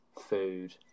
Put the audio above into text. food